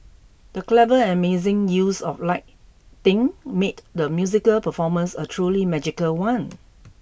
the clever and amazing use of lighting made the musical performance a truly magical one